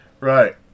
Right